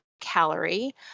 calorie